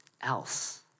else